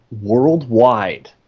worldwide